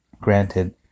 Granted